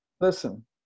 listen